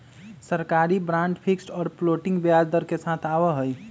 सरकारी bond fixed और floating ब्याज दर के साथ आवा हई